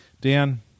Dan